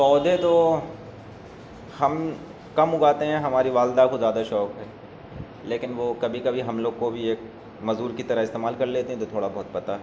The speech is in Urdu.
پودے تو ہم کم اگاتے ہیں ہماری والدہ کو زیادہ شوق ہے لیکن وہ کبھی کبھی ہم لوگ کو بھی ایک مزدور کی طرح استعمال کر لیتے تو تھوڑا بہت پتہ